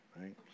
right